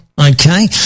okay